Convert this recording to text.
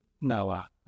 Noah